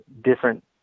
different